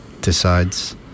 decides